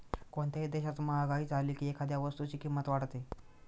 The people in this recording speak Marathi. कोणत्याही देशात महागाई झाली की एखाद्या वस्तूची किंमत वाढते